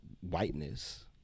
whiteness